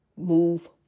move